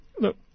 Look